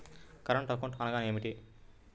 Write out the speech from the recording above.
Current account అనగా ఏమిటి?